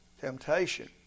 temptation